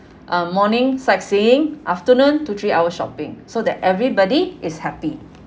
um morning sightseeing afternoon two three hour shopping so that everybody is happy